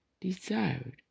desired